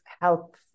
help